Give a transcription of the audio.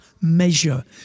measure